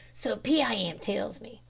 so pee-eye-em tells me,